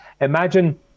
Imagine